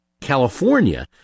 California